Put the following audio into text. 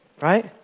Right